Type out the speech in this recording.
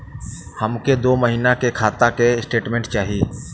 हमके दो महीना के खाता के स्टेटमेंट चाही?